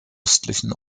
östlichen